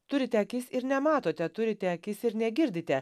turite akis ir nematote turite akis ir negirdite